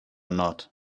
not